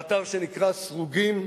באתר שנקרא "סרוגים"